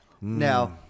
Now